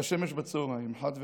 כשמש בצוהריים, חד וחלק: